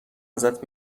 ازت